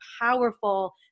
powerful